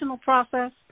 process